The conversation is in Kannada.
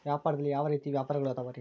ವ್ಯಾಪಾರದಲ್ಲಿ ಯಾವ ರೇತಿ ವ್ಯಾಪಾರಗಳು ಅವರಿ?